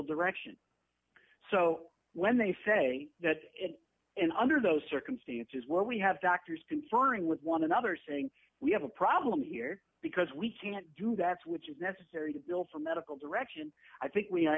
direction so when they say that and under those circumstances where we have doctors conferring with one another saying we have a problem here because we can't do that which is necessary to bill for medical direction i think we